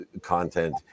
content